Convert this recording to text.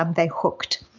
um they're hooked